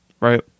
right